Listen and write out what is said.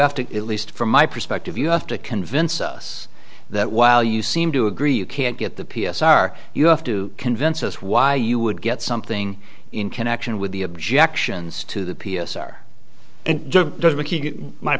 have to at least from my perspective you have to convince us that while you seem to agree you can't get the p s r you have to convince us why you would get something in connection with the objections to the p s r and my